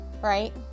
right